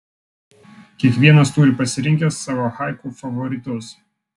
kiekvienas turi pasirinkęs savo haiku favoritus